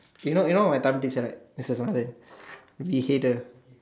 you now you know my Tamil teacher right Mr Reagan he hater